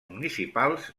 municipals